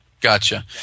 Gotcha